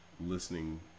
listening